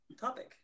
topic